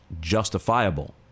justifiable